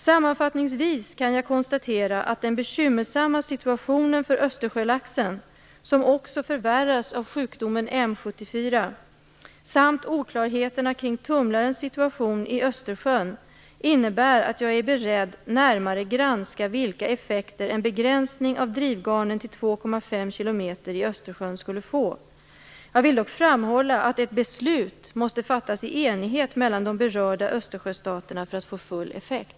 Sammanfattningsvis kan jag konstatera att den bekymmersamma situationen för Östersjölaxen, som också förvärras av sjukdomen M74, samt oklarheterna kring tumlarens situation i Östersjön innebär att jag är beredd närmare granska vilka effekter en begränsning av drivgarnen till 2,5 km i Östersjön skulle få. Jag vill dock framhålla att ett beslut måste fattas i enighet mellan de berörda Östersjöstaterna för att få full effekt.